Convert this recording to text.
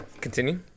Continue